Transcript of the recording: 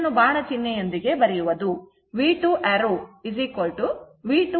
ಇದನ್ನು ಬಾಣ ಚಿಹ್ನೆ ಯೊಂದಿಗೆ ಬರೆಯುವದು